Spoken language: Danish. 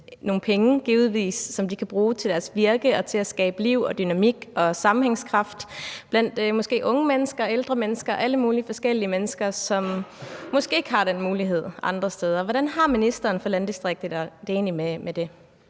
nogle penge, som de ellers kunne bruge til deres virke og til at skabe liv og dynamik og sammenhængskraft blandt unge mennesker, ældre mennesker, alle mulige forskellige mennesker, som måske ikke har den mulighed andre steder? Hvordan har ministeren for landdistrikter det egentlig med det?